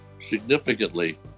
significantly